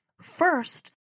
first